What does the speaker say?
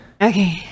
Okay